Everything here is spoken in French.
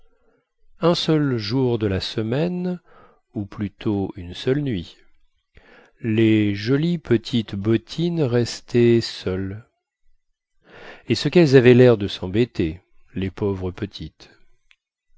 un seul jour de la semaine ou plutôt une seule nuit les jolies petites bottines restaient seules et ce quelles avaient lair de sembêter les pauvres petites